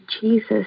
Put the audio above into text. Jesus